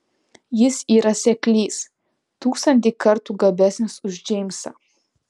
jis yra seklys tūkstantį kartų gabesnis už džeimsą